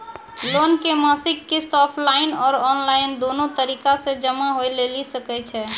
Loan के मासिक किस्त ऑफलाइन और ऑनलाइन दोनो तरीका से जमा होय लेली सकै छै?